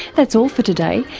that's all for today,